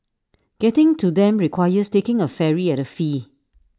getting to them requires taking A ferry at A fee